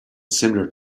similar